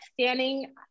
standing